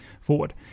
forward